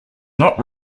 not